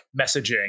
messaging